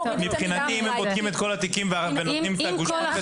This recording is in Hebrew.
בחינתי אם הם בודקים את כל התיקים ונותנים את הגושפנקא